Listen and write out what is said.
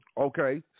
Okay